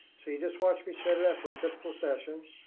so you just watched me set it up for a typical session.